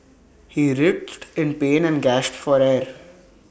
he writhed in pain and gasped for air